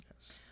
Yes